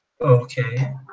Okay